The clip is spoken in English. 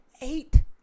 eight